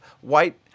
white